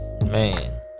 Man